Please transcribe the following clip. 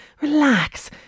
relax